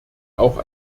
auch